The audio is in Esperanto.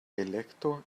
elekto